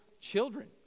children